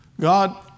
God